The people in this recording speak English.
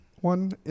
one